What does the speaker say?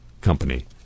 company